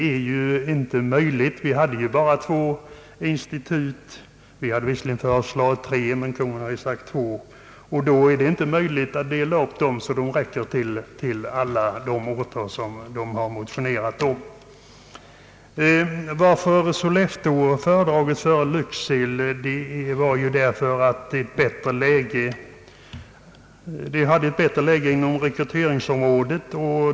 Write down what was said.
Yrkesutbildningskommittén har visserligen föreslagit tre institut, men Kungl. Maj:t har sagt att det skall bli två. Det är då inte möjligt att dela upp dem så att det räcker till en skola på var och en av de orter som motionärerna förordar. Sollefteå har föredragits framför Lycksele därför att det har ett bättre läge inom rekryteringsområdet.